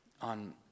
on